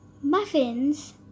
Muffins